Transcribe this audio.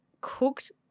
cooked